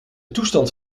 toestand